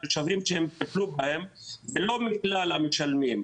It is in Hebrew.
ולא מכלל המשלמים.